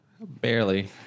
barely